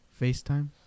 FaceTime